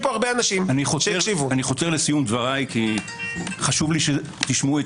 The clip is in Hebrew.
אני חותר לסיום דבריי כי חשוב לי שתשמעו את